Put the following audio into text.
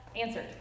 Answered